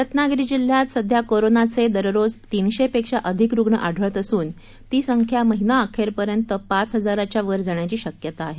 रत्नागिरी जिल्ह्यात सध्या करोनाचे दररोज तीनशेपेक्षा अधिक रुग्ण आढळत असून ती संख्या महिनाअखेरपर्यंत पाच हजाराच्या वर जाण्याची शक्यता आहे